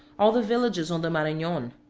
all the villages on the maranon.